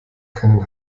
keinen